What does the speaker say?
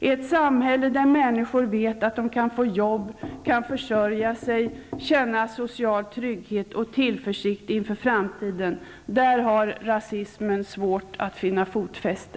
I ett samhälle där människor vet att de kan få jobb, kan försörja sig, känna social trygghet och tillförsikt inför framtiden, där har rasismen svårt att finna fotfäste.